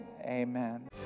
amen